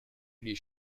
les